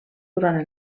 durant